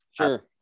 Sure